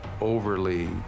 OVERLY